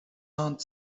aunt